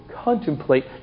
contemplate